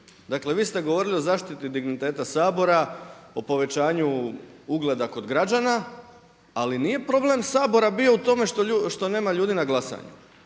Dakle, vi ste govorili o zaštiti digniteta Sabora, o povećanju ugleda kod građana ali nije problem Sabora bio u tome što nema ljudi na glasanju.